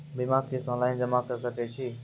बीमाक किस्त ऑनलाइन जमा कॅ सकै छी?